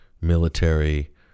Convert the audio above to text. military